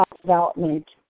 development